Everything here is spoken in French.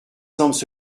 semblent